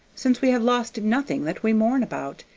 since we have lost nothing that we mourn about,